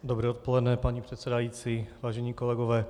Dobré odpoledne, paní předsedající, vážení kolegové.